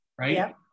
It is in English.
right